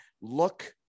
look